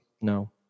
No